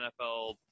NFL